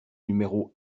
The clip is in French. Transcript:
numéro